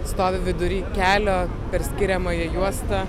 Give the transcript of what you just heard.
stovi vidury kelio per skiriamąją juostą